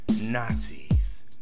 Nazis